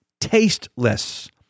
tasteless